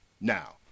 Now